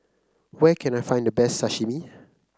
where can I find the best Sashimi